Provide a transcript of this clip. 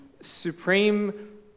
supreme